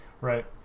Right